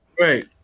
right